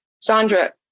Sandra